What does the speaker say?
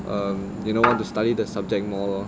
um you know what to study the subject more lor